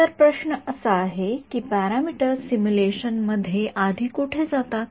तर प्रश्न आहे की हे पॅरामीटर्स सिम्युलेशन मध्ये आधी कुठे जातात